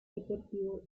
deportivo